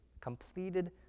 completed